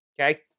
okay